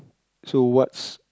so what's